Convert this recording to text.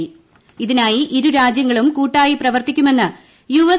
് ഇതിനായി ഇരുരാജ്യങ്ങളും കൂട്ടായി പ്രവർത്തിക്കുമെന്ന് യു്എസ്